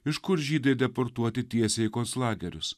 iš kur žydai deportuoti tiesiai į konclagerius